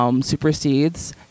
Supersedes